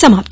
समाप्त